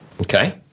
Okay